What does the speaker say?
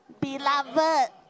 Beloved